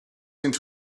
into